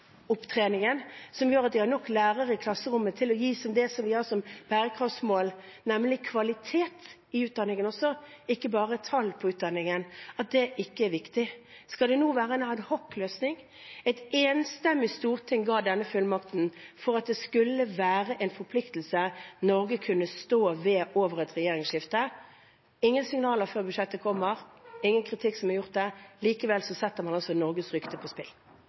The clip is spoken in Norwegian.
har nok lærere i klasserommet til å gi det som vi har som bærekraftsmål, nemlig kvalitet i utdanningen, ikke bare tall på utdanningen – ikke er viktig? Skal det nå være en adhocløsning? Et enstemmig storting ga denne fullmakten for at det skulle være en forpliktelse Norge kunne stå ved over et regjeringsskifte. Det var ingen signaler før budsjettet kom, ingen kritikk som er gjort der, og likevel setter man altså Norges rykte på spill.